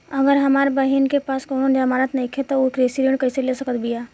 अगर हमार बहिन के पास कउनों जमानत नइखें त उ कृषि ऋण कइसे ले सकत बिया?